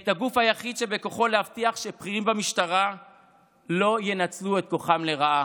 את הגוף היחיד שבכוחו להבטיח שבכירים במשטרה לא ינצלו את כוחם לרעה,